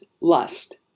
lust